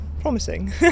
promising